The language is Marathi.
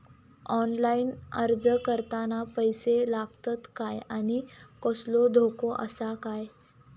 ऑनलाइन अर्ज करताना पैशे लागतत काय आनी कसलो धोको आसा काय?